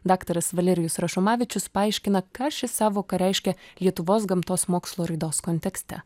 daktaras valerijus rašomavičius paaiškino ką ši sąvoka reiškia lietuvos gamtos mokslo raidos kontekste